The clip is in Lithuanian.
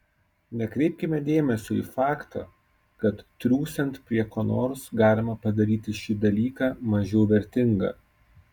nekreipkime dėmesio į faktą kad triūsiant prie ko nors galima padaryti šį dalyką mažiau vertingą